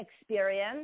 experience